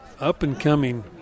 up-and-coming